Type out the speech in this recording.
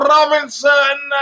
Robinson